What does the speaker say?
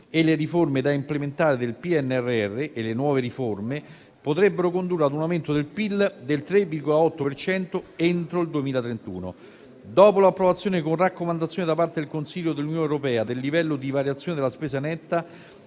e le riforme da implementare del PNRR e le nuove riforme, potrebbero condurre ad un aumento del PIL del 3,8 per cento entro il 2031. Dopo l'approvazione con raccomandazione da parte del Consiglio dell'Unione europea del livello di variazione della spesa netta,